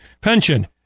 pension